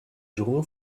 journaux